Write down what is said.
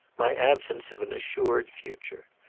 my absence of an assured future.